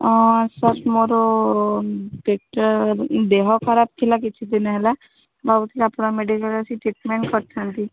ହଁ ସାର୍ ମୋର ପେଟଟା ଦେହ ଖରାପ ଥିଲା କିଛି ଦିନ ହେଲା ମୁଁ ଭାବୁଥିଲି ଆପଣଙ୍କ ମେଡ଼ିକାଲ୍ ଆସି ଟ୍ରିଟ୍ମେଣ୍ଟ୍ କରିଥାନ୍ତି